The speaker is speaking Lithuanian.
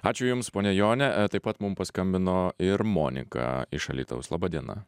ačiū jums ponia jone taip pat mum paskambino ir monika iš alytaus laba diena